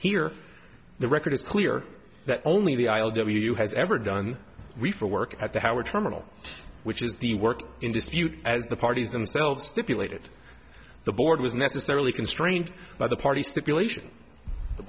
here the record is clear that only the aisle that he you has ever done we for work at the howard terminal which is the work in dispute as the parties themselves stipulated the board was necessarily constrained by the party stipulation the